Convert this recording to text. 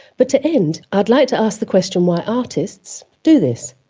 but to end, i'd like to ask the question why artists do this.